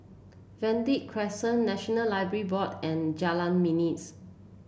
Verde Crescent National Library Board and Jalan Manis